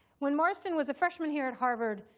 when marston was a freshman here at harvard,